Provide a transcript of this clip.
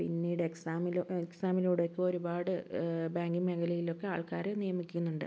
പിന്നീട് എക്സാമിലോ എക്സാമിലൂടെയൊക്കെ ഒരുപാട് ബാങ്കിങ് മേഖലയിലൊക്കെ ആൾക്കാരെ നിയമിക്കുന്നുണ്ട്